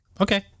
Okay